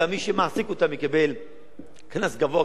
גם מי שמעסיק אותם יקבל קנס גבוה,